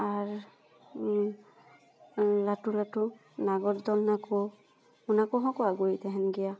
ᱟᱨ ᱞᱟᱹᱴᱩᱼᱞᱟᱹᱴᱩ ᱱᱟᱜᱚᱨ ᱫᱚᱞᱱᱟ ᱠᱚ ᱚᱱᱟ ᱠᱚᱦᱚᱸ ᱠᱚ ᱟᱹᱜᱩᱭᱮᱫ ᱛᱟᱦᱮᱱ ᱜᱮᱭᱟ